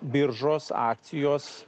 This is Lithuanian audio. biržos akcijos